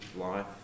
life